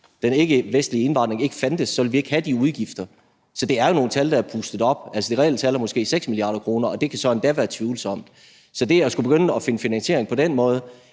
den ikkevestlige indvandring ikke fandtes, så ville vi ikke have de udgifter. Så det er jo nogle tal, der er pustet op. Det reelle tal er måske 6 mia. kr., og det kan så endda være tvivlsomt. Så det at skulle begynde at finde finansiering på den måde